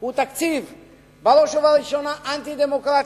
הוא בראש ובראשונה תקציב אנטי-דמוקרטי,